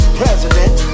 president